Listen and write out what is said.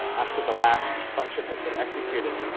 after the last function has been executed,